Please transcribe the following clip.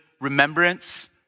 remembrance